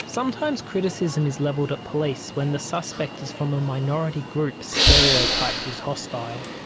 sometimes criticism is levelled at police when the suspect is from a minority group stereotyped as hostile.